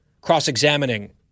cross-examining